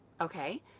Okay